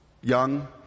Young